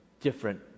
different